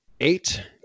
eight